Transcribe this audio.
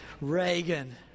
Reagan